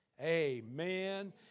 Amen